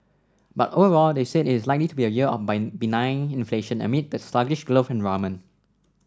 but overall they said it is likely to be a year of benign inflation amid the sluggish growth environment